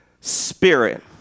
spirit